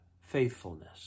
faithfulness